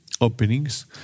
openings